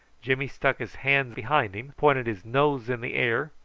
jimmy stuck his hands behind him, pointed his nose in the air,